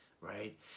right